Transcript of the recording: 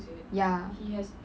ya